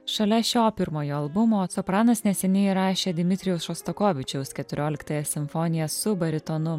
šalia šio pirmojo albumo sopranas neseniai įrašė dmitrijaus šostakovičiaus keturioliktąją simfoniją su baritonu